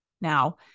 Now